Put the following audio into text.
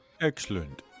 excellent